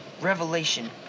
Revelation